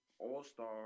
all-star